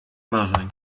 marzeń